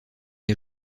les